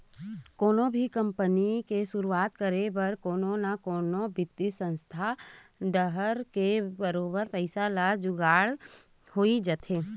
कोनो भी कंपनी के सुरुवात करे बर कोनो न कोनो बित्तीय संस्था डाहर ले बरोबर पइसा के जुगाड़ होई जाथे